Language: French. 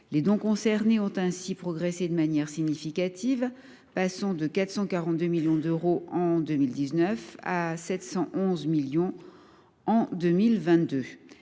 Les dons concernés ont ainsi progressé de manière significative, passant de 442 millions d’euros en 2019 à 711 millions d’euros